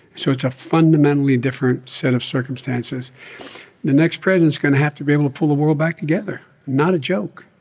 so it's a fundamentally different set of circumstances the next president is going to have to be able to pull the world back together not a joke.